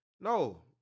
no